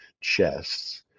chests